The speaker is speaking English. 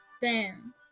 bam